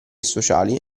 sociali